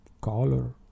color